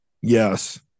Yes